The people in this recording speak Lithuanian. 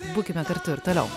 būkime kartu ir toliau